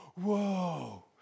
Whoa